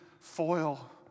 foil